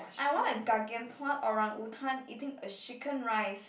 I want a gargantuan orangutan eating a chicken rice